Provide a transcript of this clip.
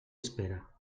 espera